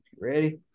Ready